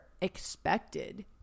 expected